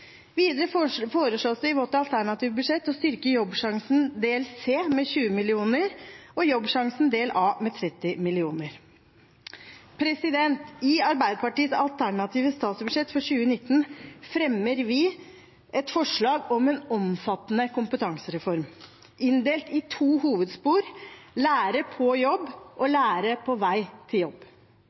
Videre foreslås det i vårt alternative budsjett å styrke Jobbsjansen del C med 20 mill. kr og Jobbsjansen del A med 30 mill. kr. I Arbeiderpartiets alternative statsbudsjett for 2019 fremmer vi et forslag om en omfattende kompetansereform inndelt i to hovedspor – lære på jobb, og lære på vei til jobb.